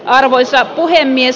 arvoisa puhemies